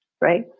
right